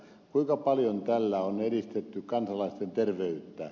kuinka paljon tällä on edistetty kansalaisten terveyttä